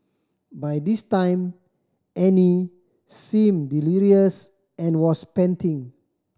by this time Annie seemed delirious and was panting